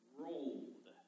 rolled